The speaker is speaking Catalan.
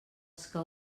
que